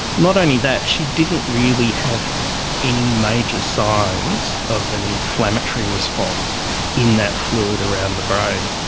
not only that, she didn't really have any major signs of an inflammatory response in that fluid around the brain.